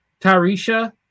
Tarisha